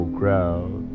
crowd